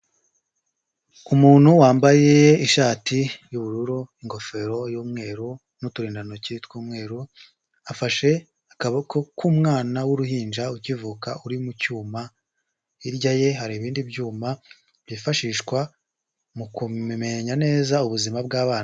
Umuntu wambaye ishati y'ubururu, ingofero y'umweru n'uturindantoki tw'umweru, afashe akaboko k'umwana w'uruhinja ukivuka uri mu cyuma, hirya ye hari ibindi byuma byifashishwa mu kumenya neza ubuzima bw'abana.